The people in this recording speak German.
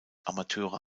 amateure